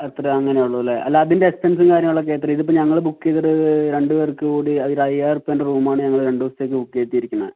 അത്രയേ അങ്ങനെ ഉള്ളുവല്ലേ അല്ല അതിൻ്റെ എക്സ്പെൻസും കാര്യങ്ങളൊക്കെ എത്രയാണ് ഇതിപ്പോൾ ഞങ്ങൾ ബുക്ക് ചെയ്തത് രണ്ടുപേർക്കുകൂടി ഒരയ്യായിരം ഉറുപ്പ്യേൻ്റെ റൂമാണ് ഞങ്ങള് രണ്ടു ദിവസത്തേക്ക് ബുക്ക് ചെയ്തിരിക്കുന്നത്